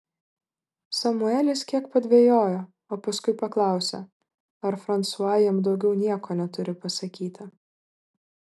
samuelis kiek padvejojo o paskui paklausė ar fransua jam daugiau nieko neturi pasakyti